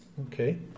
Okay